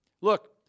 look –